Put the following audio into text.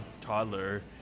toddler